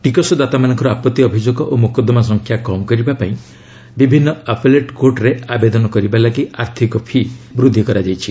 ଟିକସଦାତାମାନଙ୍କର ଆପଭି ଅଭିଯୋଗ ଓ ମୋକଦ୍ଦମା ସଂଖ୍ୟା କମ୍ କରିବା ପାଇଁ ବିଭିନ୍ନ ଆପେଲେଟ୍ କୋର୍ଟରେ ଆବେଦନ କରିବା ପାଇଁ ଆର୍ଥିକ ଫି' ବୃଦ୍ଧି କରାଯାଇଛି